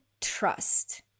trust